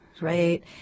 right